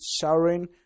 showering